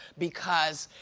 because